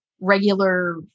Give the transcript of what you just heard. regular